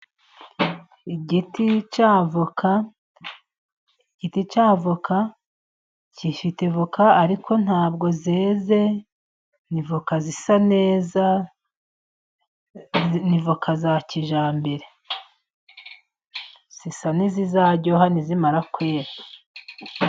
Igiti cy'avoka igiti cy'avoka gifite voka ariko ntabwo zeze, ni voka zisa neza ,ni voka za kijyambere zisa n'izizaryoha nizimara kwera.